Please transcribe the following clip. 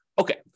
Okay